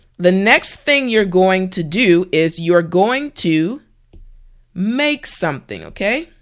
the next thing you're going to do is you're going to make something, okay?